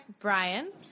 Brian